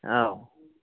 औ